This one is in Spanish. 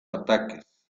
ataques